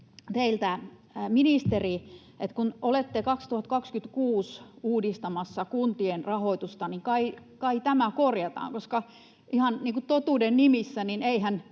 teiltä, ministeri: kun olette 2026 uudistamassa kuntien rahoitusta, niin kai tämä korjataan? Koska ihan totuuden nimissä